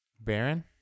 Baron